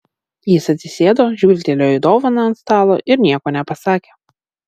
jis atsisėdo žvilgtelėjo į dovaną ant stalo ir nieko nepasakė